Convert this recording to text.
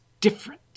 different